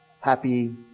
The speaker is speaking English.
happy